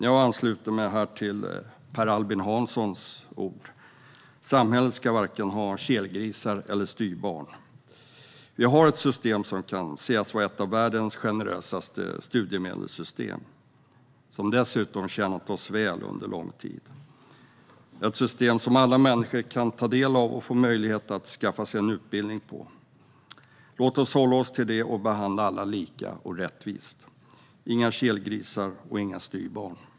Jag ansluter mig här till Per Albin Hanssons ord om att samhället varken ska ha kelgrisar eller styvbarn. Vi har ett system för studiemedel som kan sägas vara ett av världens mest generösa och som dessutom har tjänat oss väl under lång tid. Detta är ett system som alla människor kan ta del av och som ger människor möjlighet att skaffa sig en utbildning. Låt oss hålla oss till det och behandla alla lika och rättvist - inga kelgrisar och inga styvbarn.